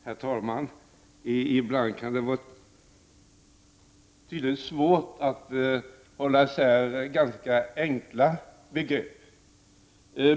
Herr talman! Ibland kan det tydligen vara svårt att hålla isär ganska enkla begrepp.